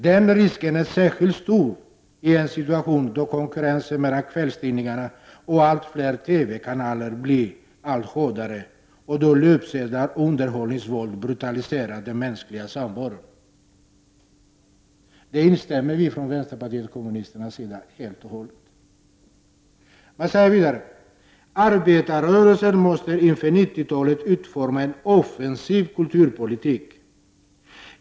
Den risken är särskilt stor i en situation då konkurrensen mellan kvällstidningarna och allt fler TV-kanaler blir allt hårdare och då löpsedlar och underhållningsvåld brutaliserar den mänskliga samvaron.” I det instämmer vi från vänsterpartiet kommunisternas sida helt och hållet. Man säger vidare: ”Arbetarrörelsen måste inför 90-talet utforma en offensiv kulturpolitik.